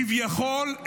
כביכול,